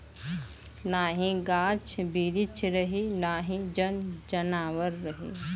नाही गाछ बिरिछ रही नाही जन जानवर रही